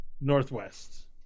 Northwest